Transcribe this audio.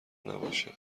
نباشه